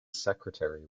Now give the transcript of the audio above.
secretary